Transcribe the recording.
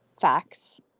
facts